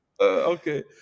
Okay